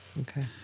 Okay